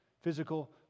physical